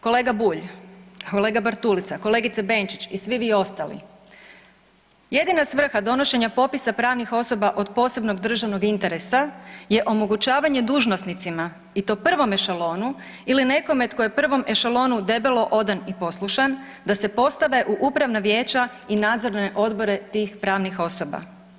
Kolega Bulj, kolega Bartulica, kolegice Benčić i svi vi ostali, jedina svrha donošenja popisa pravnih osoba od posebnog državnog interesa je omogućavanje dužnosnicima i to prvom ešalonu ili nekome tko je prvom ešalonu debelo odan i poslušan da se postave u upravna vijeća i nadzorne odbore tih pravnih osoba.